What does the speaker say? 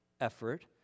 effort